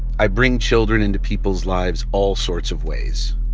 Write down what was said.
i bring children into people's lives all sorts of ways.